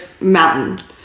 mountain